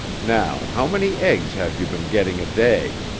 now how many eggs have you been getting a day?